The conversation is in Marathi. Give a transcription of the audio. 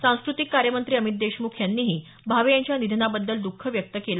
सांस्कृतिक कार्य मंत्री अमित देशम्ख यांनीही भावे यांच्या निधनाबद्दल द्ःख व्यक्त केलं